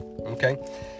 Okay